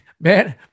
Man